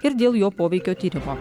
ir dėl jo poveikio tyrimo